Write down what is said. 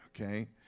Okay